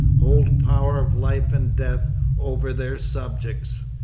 hold power of life and death over their subjects.